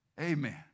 Amen